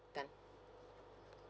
done